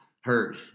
hurt